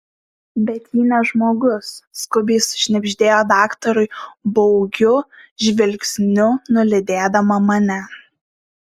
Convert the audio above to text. bet ji ne žmogus skubiai sušnibždėjo daktarui baugiu žvilgsniu nulydėdama mane